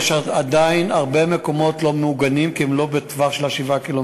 יש עדיין הרבה מקומות לא ממוגנים כי הם לא בטווח של 7 הקילומטרים.